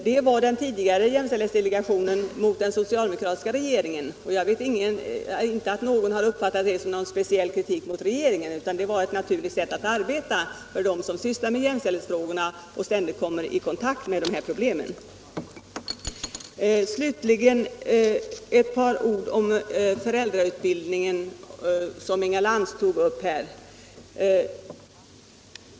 Det var den tidigare jämställdhetsdelegationen mot den socialdemokratiska regeringen, och jag känner inte till att någon uppfattade detta som någon speciell kritik mot regeringen. Det var ett naturligt sätt att arbeta för dem som sysslade med jämställdhetsfrågorna och ständigt kom i kontakt med de här problemen. Slutligen ett par ord om föräldrautbildningen, som Inga Lantz tog upp.